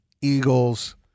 Eagles